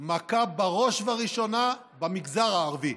מכה בראש ובראשונה במגזר הערבי.